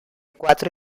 cuatro